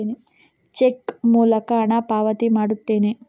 check ಮೂಲಕ ಹಣ ಪಾವತಿ ಮಾಡುತ್ತೇನೆ